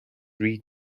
reed